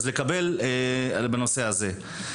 אז לקבל תשובה בנושא הזה.